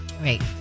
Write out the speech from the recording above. Right